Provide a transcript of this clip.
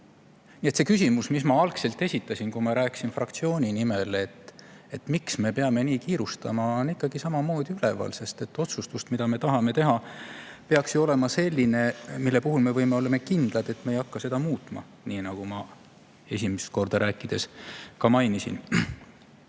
see küsimus, mis ma algselt esitasin, kui ma rääkisin fraktsiooni nimel, et miks me peame kiirustama, on ikkagi samamoodi üleval, sest otsustus, mida me tahame teha, peaks ju olema selline, mille puhul me võime olla kindlad, et me ei hakka seda muutma, nagu ma esimest korda rääkides ka mainisin.